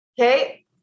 Okay